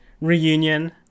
reunion